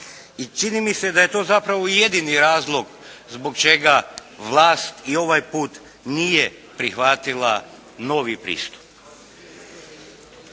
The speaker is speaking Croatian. I čini mi se da je zapravo jedini razlog zbog čega vlast i ovaj put nije prihvatila novi pristup.